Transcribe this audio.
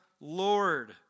Lord